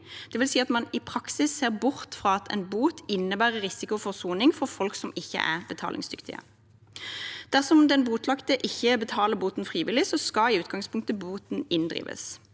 dvs. at man i praksis ser bort fra at en bot innebærer risiko for soning for folk som ikke er betalingsdyktige. Dersom den bøtelagte ikke betaler boten frivillig, skal i utgangspunktet boten inndrives.